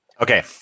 Okay